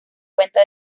cuenta